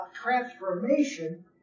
transformation